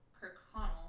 Kirkconnell